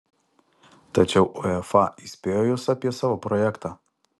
tačiau uefa įspėjo jus apie savo projektą